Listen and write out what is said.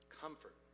Comfort